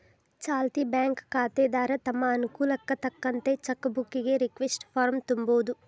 ಚಾಲ್ತಿ ಬ್ಯಾಂಕ್ ಖಾತೆದಾರ ತಮ್ ಅನುಕೂಲಕ್ಕ್ ತಕ್ಕಂತ ಚೆಕ್ ಬುಕ್ಕಿಗಿ ರಿಕ್ವೆಸ್ಟ್ ಫಾರ್ಮ್ನ ತುಂಬೋದು